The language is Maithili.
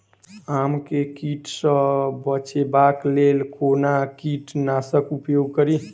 आम केँ कीट सऽ बचेबाक लेल कोना कीट नाशक उपयोग करि?